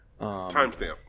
Timestamp